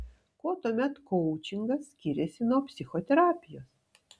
kuo tuomet koučingas skiriasi nuo psichoterapijos